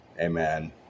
Amen